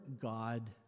God